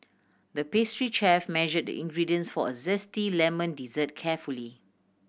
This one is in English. the pastry chef measured the ingredients for a zesty lemon dessert carefully